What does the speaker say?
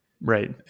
right